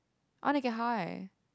I wanna get high